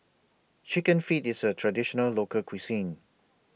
Chicken Feet IS A Traditional Local Cuisine